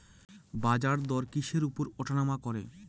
বাজারদর কিসের উপর উঠানামা করে?